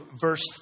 verse